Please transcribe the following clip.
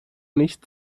nicht